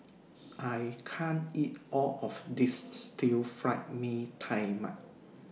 I can't eat All of This Stir Fried Mee Tai Mak